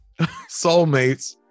soulmates